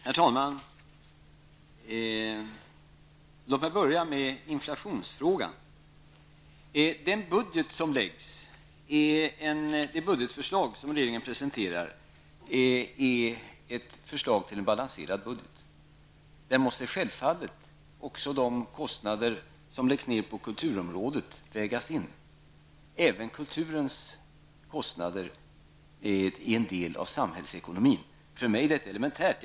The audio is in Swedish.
Herr talman! Jag börjar med frågan om inflationen. Det budgetförslag som regeringen presenterar är ett förslag till en balanserad budget. Självfallet måste också kostnaderna på kulturområdet vägas in. Även kulturens kostnader är ju en del av samhällsekonomin. För mig är detta elementärt.